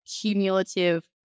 cumulative